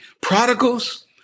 Prodigals